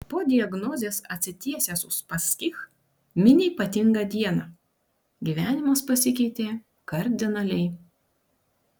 po diagnozės atsitiesęs uspaskich mini ypatingą dieną gyvenimas pasikeitė kardinaliai